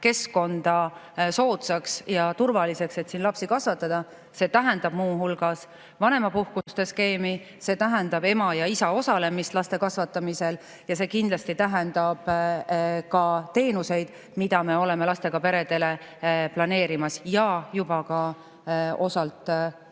keskkonda soodsaks ja turvaliseks, et siin lapsi kasvatada. See tähendab muu hulgas vanemapuhkuste skeemi. See tähendab ema ja isa osalemist laste kasvatamisel. See kindlasti tähendab ka teenuseid, mida me oleme lastega peredele planeerimas ja osalt juba ka varasemate